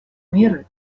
меры